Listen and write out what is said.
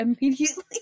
immediately